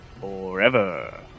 forever